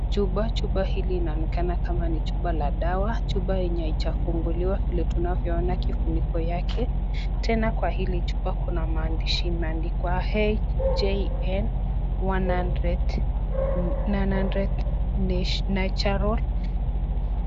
Chupa, chupa hili linaonekana kama ni chupa la dawa. Chupa ambayo haijafunguliwa vile tunavyoona kifuniko yake. Tena kwa hili chupa tunaona kuna maandishi imeandikwa hjn 100 900 (cs) natural(cs).